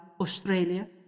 Australia